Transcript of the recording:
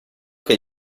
che